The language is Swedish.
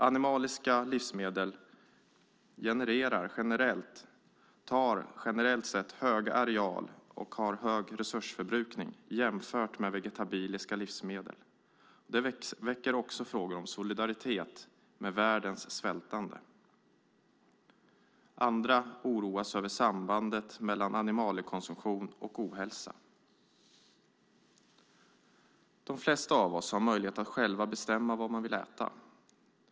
Animaliska livsmedel genererar generellt sett hög areal och resursförbrukning jämfört med vegetabiliska livsmedel. Det väcker också frågor om solidaritet med världens svältande. Andra oroas över sambandet mellan animaliekonsumtion och ohälsa. De flesta av oss har möjlighet att själva bestämma vad vi vill äta.